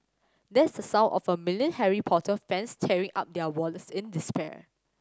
that's the sound of a million Harry Potter fans tearing up their wallets in despair